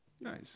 Nice